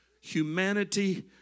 humanity